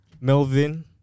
Melvin